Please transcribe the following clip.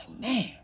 man